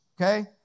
okay